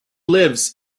lives